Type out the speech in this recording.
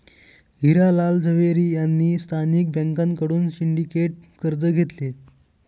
हिरा लाल झवेरी यांनी स्थानिक बँकांकडून सिंडिकेट कर्ज घेतले